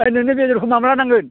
ओइ नोंनो बेदरखौ माब्ला नांगोन